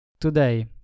Today